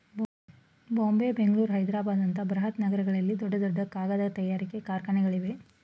ಬಾಂಬೆ, ಬೆಂಗಳೂರು, ಹೈದ್ರಾಬಾದ್ ಅಂತ ಬೃಹತ್ ನಗರಗಳಲ್ಲಿ ದೊಡ್ಡ ದೊಡ್ಡ ಕಾಗದ ತಯಾರಿಕೆ ಕಾರ್ಖಾನೆಗಳಿವೆ